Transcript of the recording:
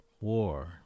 war